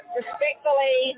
respectfully